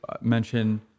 mention